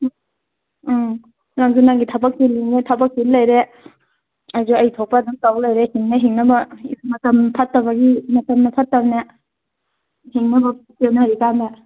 ꯎꯝ ꯎꯝ ꯅꯪꯁꯨ ꯅꯪꯒꯤ ꯊꯕꯛ ꯆꯤꯜꯂꯤꯅꯦꯅ ꯊꯕꯛ ꯆꯤꯜ ꯂꯩꯔꯦ ꯑꯩꯁꯨ ꯑꯩ ꯊꯣꯛꯄ ꯇꯧ ꯂꯩꯔꯦ ꯍꯤꯡ ꯍꯤꯡꯅꯕ ꯃꯇꯝ ꯐꯠꯇꯕꯒꯤ ꯃꯇꯝꯅ ꯐꯠꯇꯕꯅꯦ ꯍꯤꯡꯅꯕ ꯆꯦꯟꯅꯔꯤ ꯀꯥꯟꯗ